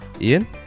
Ian